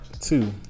two